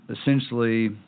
essentially